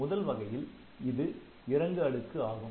முதல் வகையில் இது இறங்கு அடுக்கு ஆகும்